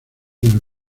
del